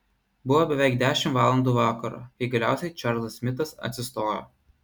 buvo beveik dešimt valandų vakaro kai galiausiai čarlzas smitas atsistojo